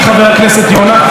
חבר הכנסת יונה,